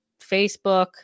Facebook